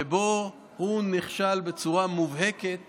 שבו הוא נכשל בצורה מובהקת